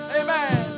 amen